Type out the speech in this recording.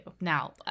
Now